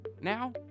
now